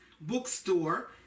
Bookstore